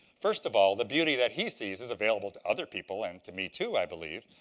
first of all, the beauty that he sees is available to other people and to me too, i believe,